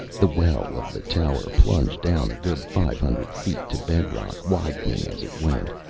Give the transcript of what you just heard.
the well of the tower plunged down a good five hundred feet to bedrock, widening as it went.